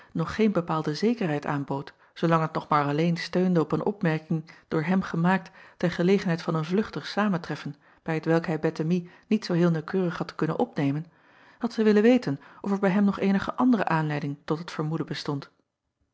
nog geen bepaalde zekerheid aanbood zoolang het nog maar alleen steunde op een opmerking door hem gemaakt ter gelegenheid van een vluchtig samentreffen bij t welk hij ettemie niet zoo heel naauwkeurig had kunnen opnemen had zij acob van ennep laasje evenster delen willen weten of er bij hem nog eenige andere aanleiding tot dat vermoeden bestond